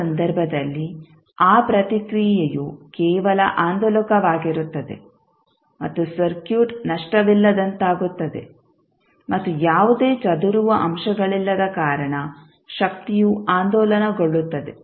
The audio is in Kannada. ಆ ಸಂದರ್ಭದಲ್ಲಿ ಆ ಪ್ರತಿಕ್ರಿಯೆಯು ಕೇವಲ ಆಂದೋಲಕವಾಗಿರುತ್ತದೆ ಮತ್ತು ಸರ್ಕ್ಯೂಟ್ ನಷ್ಟವಿಲ್ಲದಂತಾಗುತ್ತದೆ ಮತ್ತು ಯಾವುದೇ ಚದುರುವ ಅಂಶಗಳಿಲ್ಲದ ಕಾರಣ ಶಕ್ತಿಯು ಆಂದೋಲನಗೊಳ್ಳುತ್ತದೆ